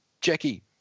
Jackie